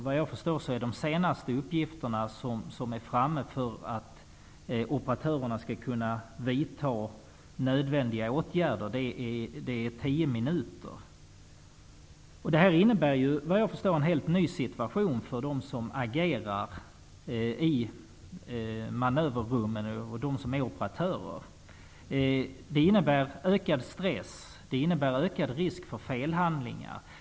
Vad jag förstår är de senaste uppgifterna för hur lång tid som finns för att operatörerna skall kunna vidta nödvändiga åtgärder tio minuter. Det innebär en helt ny situation för dem som agerar i manöverrummen och för operatörerna. Det innebär ökad stress och ökad risk för felhandlingar.